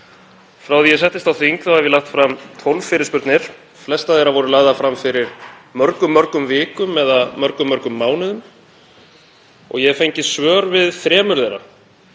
Frá því ég settist á þing hef ég lagt fram tólf fyrirspurnir. Flestar þeirra voru lagðar fram fyrir mörgum vikum eða mörgum mánuðum. Ég hef fengið svör við þremur þeirra